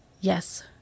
Yes